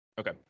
okay